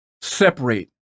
separate